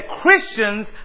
Christians